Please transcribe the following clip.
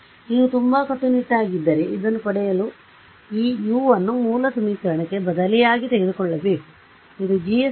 ಆದ್ದರಿಂದ ನೀವು ತುಂಬಾ ಕಟ್ಟುನಿಟ್ಟಾಗಿದ್ದರೆ ಇದನ್ನು ಪಡೆಯಲು ನೀವು ಈ U ಅನ್ನು ಮೂಲ ಸಮೀಕರಣಕ್ಕೆ ಬದಲಿಯಾಗಿ ತೆಗೆದುಕೊಳ್ಳಬೇಕು ಇದು GS Ux